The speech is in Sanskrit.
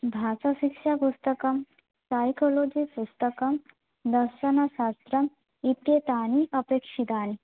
भाषाशिक्षा पुस्तकं सैकोलजी पुस्तकं दर्शनशास्त्रम् इत्येतानि अपेक्षितानि